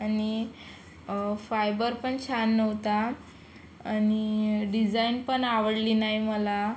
आणि फायबर पण छान नव्हता आणि डिझाईन पण आवडली नाही मला